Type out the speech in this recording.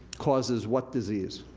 causes what disease?